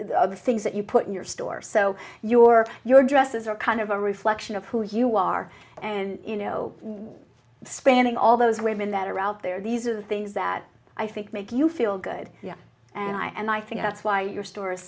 what the things that you put in your store so you or your dresses are kind of a reflection of who you are and you know spanning all those women that are out there these are the things that i think make you feel good and i and i think that's why your story is